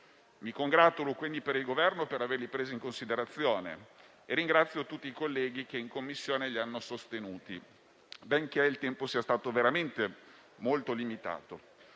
mi congratulo, quindi, con il Governo per averli presi in considerazione e ringrazio tutti i colleghi che in Commissione li hanno sostenuti, benché il tempo sia stato veramente molto limitato.